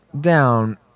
down